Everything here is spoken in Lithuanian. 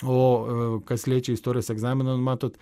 o kas liečia istorijos egzaminą nu matot